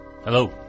Hello